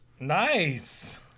nice